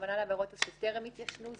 הכוונה לעבירות שטרם התיישנו,